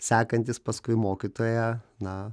sekantys paskui mokytoją na